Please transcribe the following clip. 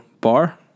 bar